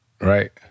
right